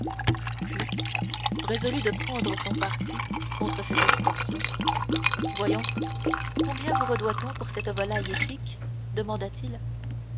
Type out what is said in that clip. puis résolu de prendre son parti de cette extorsion voyons combien vous redoit on pour cette volaille étique demanda-t-il